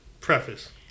preface